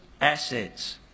assets